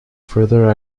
further